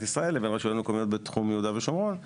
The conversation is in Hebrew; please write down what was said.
ישראל לבין רשויות מקומיות בתחום יהודה ושומרון.